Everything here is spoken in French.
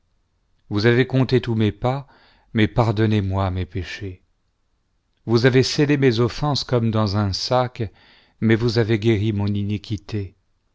vous avez compté tous mes pas mais pardonnez-moi mes péchés vous avez scellé mes offenses comme dans un sac mais vous avez guéri mon iniquité